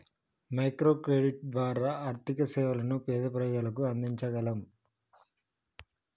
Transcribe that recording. micro credit ద్వారా ఆర్థిక సేవలను పేద ప్రజలకు అందించగలం